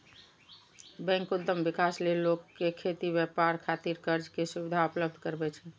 bank उद्यम विकास लेल लोक कें खेती, व्यापार खातिर कर्ज के सुविधा उपलब्ध करबै छै